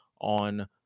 on